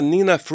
Nina